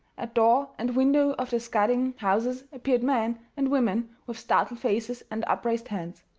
at door and window of the scudding houses appeared men and women with startled faces and upraised hands.